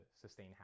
sustain